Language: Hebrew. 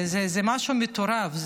זה משהו מטורף,